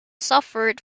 suffered